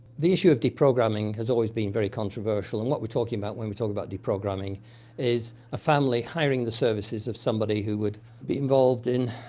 the issue of deprograming has always been very controversial, and what we're talking about when we talk about deprograming is a family hiring the services of somebody who would be involved in,